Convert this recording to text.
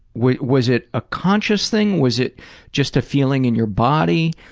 was was it a conscious thing? was it just a feeling in your body?